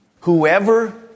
Whoever